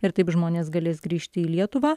ir taip žmonės galės grįžti į lietuvą